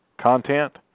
content